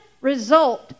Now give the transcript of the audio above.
result